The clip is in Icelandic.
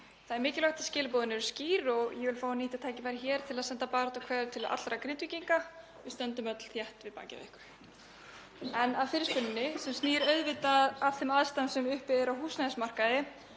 Það er mikilvægt að skilaboðin séu skýr og ég vil nýta tækifærið hér og senda baráttukveðjur til allra Grindvíkinga. Við stöndum öll þétt við bakið á ykkur. En að fyrirspurninni, sem snýr auðvitað að þeim aðstæðum sem uppi eru á húsnæðismarkaði,